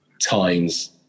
times